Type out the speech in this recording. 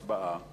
הצבעה.